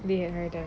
they had heard him